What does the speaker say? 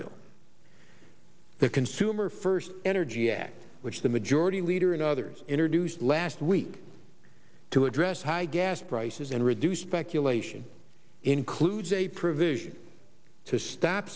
bill the consumer first energy act which the majority leader and others introduced last week to address high gas prices and reduce speculation includes a provision to stop